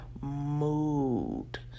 mood